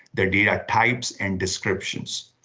the data types, and descriptions.